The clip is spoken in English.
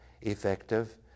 effective